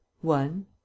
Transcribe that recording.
One